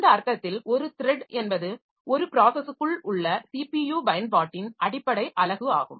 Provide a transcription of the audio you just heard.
இந்த அர்த்தத்தில் ஒரு த்ரட் என்பது ஒரு ப்ராஸஸுக்குள் உள்ள ஸிபியு பயன்பாட்டின் அடிப்படை அலகு ஆகும்